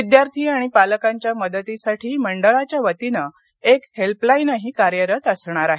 विद्यार्थी आणि पालकांच्या मदतीसाठी मंडळाच्या वतीनं एक हेल्पलाईनही कार्यरत असणार आहे